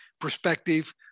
perspective